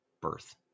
birth